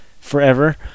forever